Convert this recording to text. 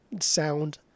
sound